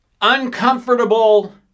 uncomfortable